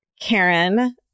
Karen